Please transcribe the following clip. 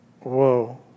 whoa